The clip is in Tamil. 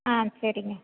ஆ சரிங்க